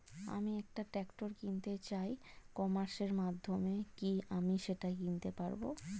আমি একটা ট্রাক্টর কিনতে চাই ই কমার্সের মাধ্যমে কি আমি সেটা কিনতে পারব?